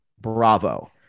bravo